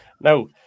Now